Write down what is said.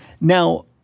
Now